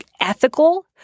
ethical